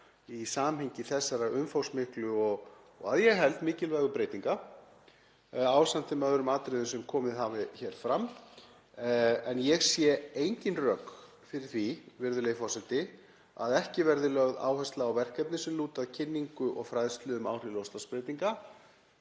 í samhengi þessara umfangsmiklu og að ég held mikilvægu breytinga ásamt þeim öðrum atriðum sem komið hafa hér fram. Ég sé engin rök fyrir því, virðulegi forseti, að ekki verði lögð áhersla á verkefni sem lúta að kynningu og fræðslu um áhrif loftslagsbreytinga,